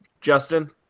Justin